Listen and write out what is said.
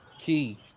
key